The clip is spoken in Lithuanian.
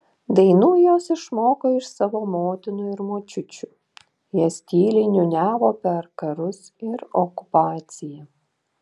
dainų jos išmoko iš savo motinų ir močiučių jas tyliai niūniavo per karus ir okupaciją